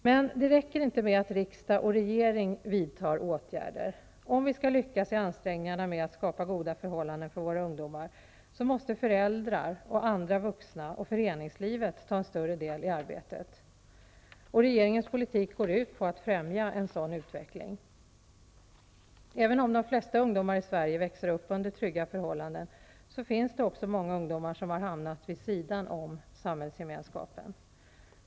Men det räcker inte med att riksdag och regering vidtar åtgärder. Om vi skall lyckas i ansträngningarna med att skapa goda förhållanden för våra ungdomar, måste föräldrar, andra vuxna och föreningslivet ta en större del i arbetet. Regeringens politik går ut på att främja en sådan utveckling. Även om de flesta ungdomar i Sverige växer upp under trygga förhållanden, finns det många ungdomar som har hamnat vid sidan om samhällsgemenskapen.